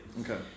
okay